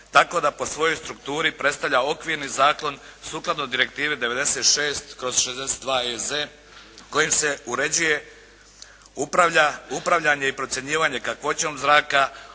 tako da po svojoj strukturi predstavlja okvirni zakon sukladno direktivi 96/62 E.Z. kojim se uređuje upravljanje i procjenjivanje kakvoćom zraka,